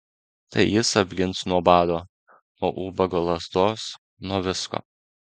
tai jis apgins nuo bado nuo ubago lazdos nuo visko